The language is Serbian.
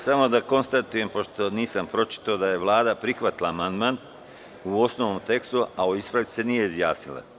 Samo da konstatujem, pošto nisam pročitao, Vlada je prihvatila amandman u osnovnom tekstu, a o ispravci se nije izjasnila.